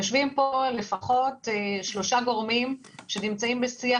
יושבים פה לפחות שלושה גורמים שנמצאים בשיח